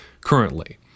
currently